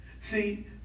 See